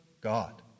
God